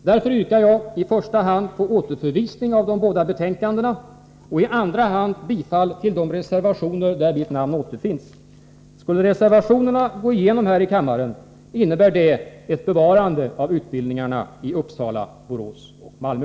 Därför yrkar jag i första hand på återförvisning av de båda betänkandena och i andra hand bifall till de reservationer, där mitt namn återfinns. Skulle reservationerna bifallas här i kammaren innebär detta ett bevarande av utbildningarna i Uppsala, Borås och Malmö.